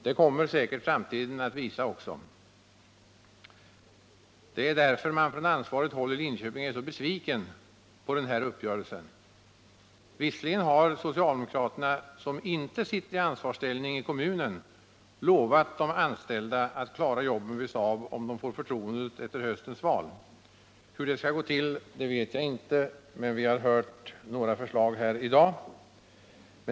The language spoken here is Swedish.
Det kommer säkert framtiden att utvisa. Det är därför man på ansvarigt håll i Linköping är så besviken över den här uppgörelsen. Visserligen har socialdemokraterna — som inte sitter i ansvarsställning i kommunen — lovat de anställda att klara jobben vid Saab, om de får förtroendet vid höstens val. Hur det skall gå till vet jag inte, men vi har hört några förslag i dag.